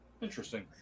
Interesting